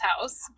house